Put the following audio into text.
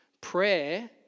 Prayer